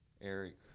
Eric